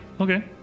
Okay